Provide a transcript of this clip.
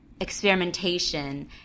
experimentation